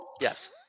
Yes